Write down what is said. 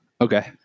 okay